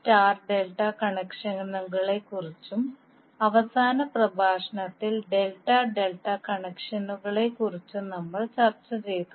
star delta കണക്ഷനുകളെക്കുറിച്ചും അവസാന പ്രഭാഷണത്തിൽ ഡെൽറ്റ ഡെൽറ്റ കണക്ഷനെക്കുറിച്ചും നമ്മൾ ചർച്ച ചെയ്തു